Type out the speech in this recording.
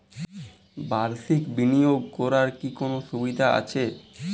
বাষির্ক বিনিয়োগ করার কি কোনো সুবিধা আছে?